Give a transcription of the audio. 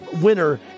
winner